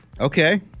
Okay